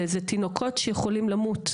זה תינוקות שיכולים למות.